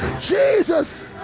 Jesus